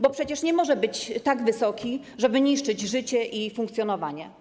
Bo przecież nie może być tak wysoki, żeby niszczyć życie i funkcjonowanie.